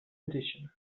edition